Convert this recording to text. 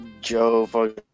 Joe